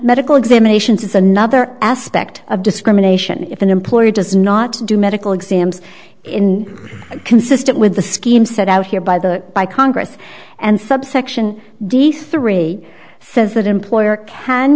medical examinations is another aspect of discrimination if an employee does not do medical exams in consistent with the scheme set out here by the by congress and subsection d c three says that employer can